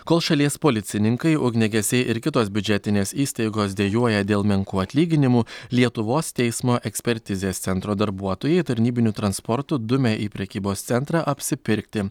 kol šalies policininkai ugniagesiai ir kitos biudžetinės įstaigos dejuoja dėl menkų atlyginimų lietuvos teismo ekspertizės centro darbuotojai tarnybiniu transportu dumia į prekybos centrą apsipirkti